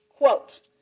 Quote